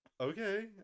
Okay